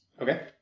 Okay